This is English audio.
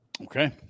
Okay